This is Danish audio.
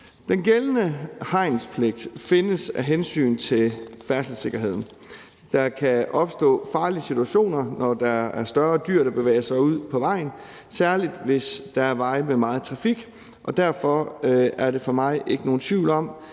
Den gældende hegnspligt findes af hensyn til færdselssikkerheden. Der kan opstå farlige situationer, når der er større dyr, der bevæger sig ud på vejen, særlig hvis der er veje med meget trafik, og derfor er der for mig ikke nogen tvivl om,